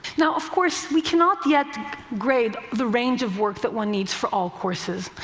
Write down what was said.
now, of course we cannot yet grade the range of work that one needs for all courses.